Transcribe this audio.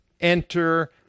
enter